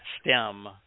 stem